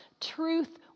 truth